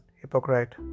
hypocrite